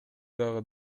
дагы